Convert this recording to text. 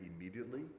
immediately